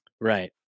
Right